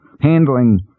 handling